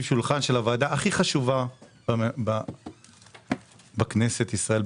שולחן של הוועדה הכי חשובה בכנסת ישראל,